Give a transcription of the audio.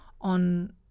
on